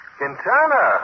Quintana